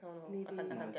maybe